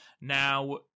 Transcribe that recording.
Now